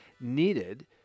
needed